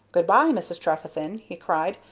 good-bye, mrs. trefethen! he cried.